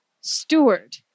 steward